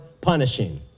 punishing